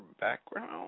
background